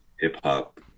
hip-hop